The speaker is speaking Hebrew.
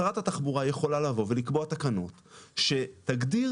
שרת התחבורה יכולה לבוא ולקבוע תקנות שתגדיר